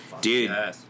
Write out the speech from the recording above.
dude